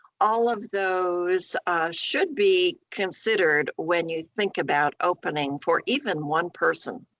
all of those should be considered when you think about opening for even one person.